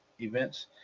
events